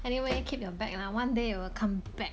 anyway you keep your bag lah one day it will come back